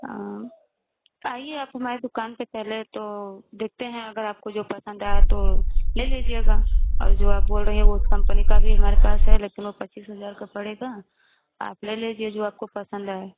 हाँ आइए आप हमारी दुकान पर पहले तो देखते हैं अगर आपको जो पसंद आए तो ले लीजिएगा और जो आप बोल रही हैं वो उस कम्पनी का भी हमारे पास है लेकिन वो पच्चीस हजार का पड़ेगा आप ले लीजिए जो आपको पसंद आए